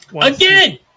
Again